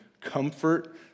comfort